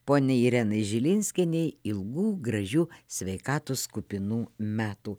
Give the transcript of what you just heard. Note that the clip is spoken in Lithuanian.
poniai irenai žilinskienei ilgų gražių sveikatos kupinų metų